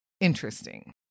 interesting